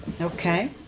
Okay